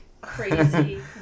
crazy